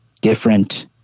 different